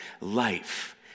life